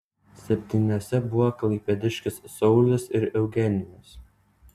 septyniuose buvo klaipėdiškis saulius ir eugenijus